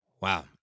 Wow